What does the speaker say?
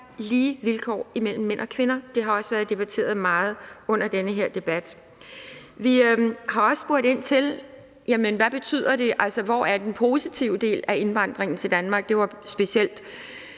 lige vilkår for mænd og kvinder. Det har også været debatteret meget under den her debat. Vi har også spurgt ind til: Jamen hvad betyder det, altså, hvor er den positive del af indvandringen til Danmark? Det var specielt